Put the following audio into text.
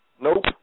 Nope